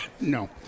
No